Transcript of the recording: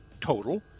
Total